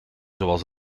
zoals